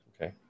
okay